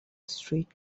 street